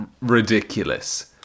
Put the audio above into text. ridiculous